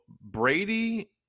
Brady